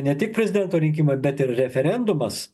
ne tik prezidento rinkimai bet ir referendumas